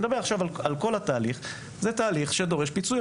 ברור לחלוטין שזה תהליך שדורש פיצוי.